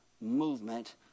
movement